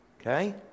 Okay